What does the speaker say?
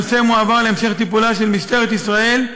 הנושא מועבר להמשך טיפולה של משטרת ישראל,